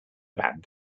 band